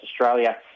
Australia